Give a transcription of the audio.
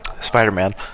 Spider-Man